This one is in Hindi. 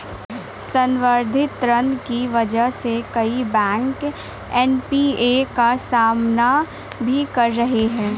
संवर्धित ऋण की वजह से कई बैंक एन.पी.ए का सामना भी कर रहे हैं